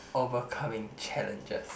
overcoming challenges